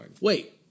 Wait